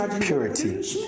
purity